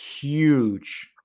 huge